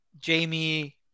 Jamie